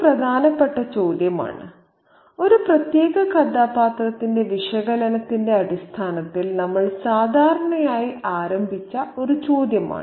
ഇതൊരു പ്രധാനപ്പെട്ട ചോദ്യമാണ് ഒരു പ്രത്യേക കഥാപാത്രത്തിന്റെ വിശകലനത്തിന്റെ അടിസ്ഥാനത്തിൽ നമ്മൾ സാധാരണയായി ആരംഭിച്ച ഒരു ചോദ്യമാണ്